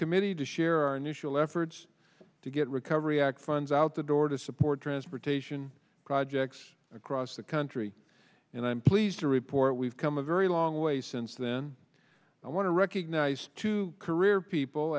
committee to share our initial efforts to get recovery act funds out the door to support transportation projects across the country and i'm pleased to report we've come a very long way since then i want to recognize two career people